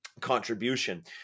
contribution